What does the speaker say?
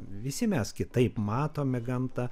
visi mes kitaip matome gamtą